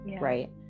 right